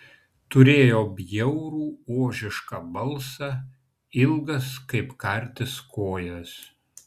turėjo bjaurų ožišką balsą ilgas kaip kartis kojas